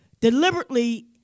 deliberately